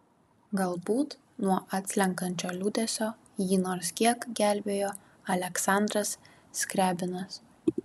galbūt nuo atslenkančio liūdesio jį nors kiek gelbėjo aleksandras skriabinas